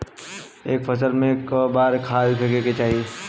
एक फसल में क बार खाद फेके के चाही?